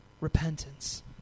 Repentance